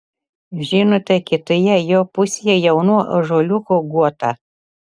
žinote kitoje jo pusėje jaunų ąžuoliukų guotą